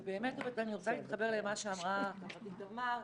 ובאמת אני רוצה להתחבר למה שאמרה חברתי תמר,